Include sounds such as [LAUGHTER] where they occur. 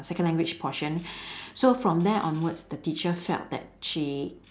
second language portion [BREATH] so from there onwards the teacher felt that she